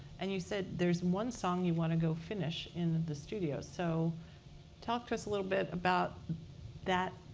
and you said there's one song you want to go finish in the studio. so talk to us a little bit about that